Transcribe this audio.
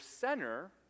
center